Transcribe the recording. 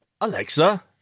Alexa